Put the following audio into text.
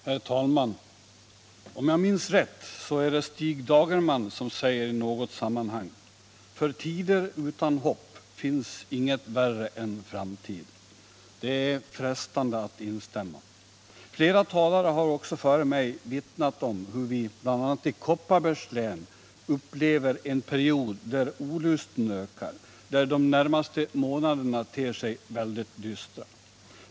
Herr talman! Om jag minns rätt är det Stig Dagerman som säger i något sammanhang: För tider utan hopp finns inget värre än framtiden. Det är frestande att instämma. Flera talare har också före mig vittnat om hur vi bl.a. i Kopparbergs län upplever en period där olusten ökar, där de närmaste månaderna ter sig väldigt dystra.